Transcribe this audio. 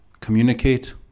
communicate